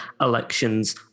elections